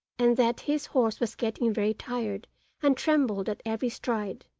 and that his horse was getting very tired and trembled at every stride.